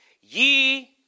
ye